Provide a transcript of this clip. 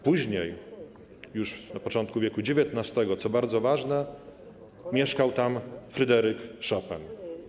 Później, już na początku wieku XIX - co bardzo ważne - mieszkał tam Fryderyk Chopin.